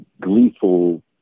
gleeful